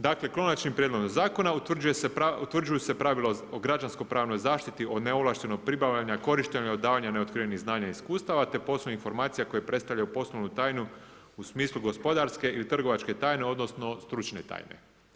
Dakle, konačnim prijedlogom zakona utvrđuju se pravila o građansko-pravnoj zaštiti od neovlaštenog pribavljanja, korištenja, davanja neotkrivenih znanja i iskustava, te poslovnih informacija koje predstavljaju poslovnu tajnu u smislu gospodarske ili trgovačke tajne, odnosno stručne tajne.